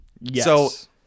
Yes